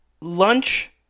lunch